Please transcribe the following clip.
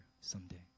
someday